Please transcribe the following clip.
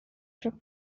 for